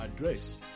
address